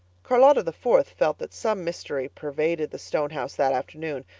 charlotta the fourth felt that some mystery pervaded the stone house that afternoon.